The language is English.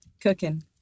Cooking